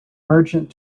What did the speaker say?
merchant